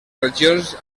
regions